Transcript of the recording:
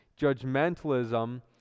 judgmentalism